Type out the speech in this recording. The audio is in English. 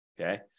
okay